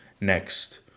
Next